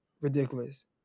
ridiculous